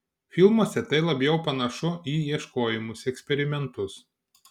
filmuose tai labiau panašu į ieškojimus eksperimentus